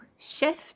shift